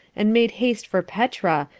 and made haste for petra,